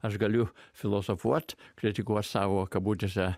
aš galiu filosofuot kritikuot savo kabutėse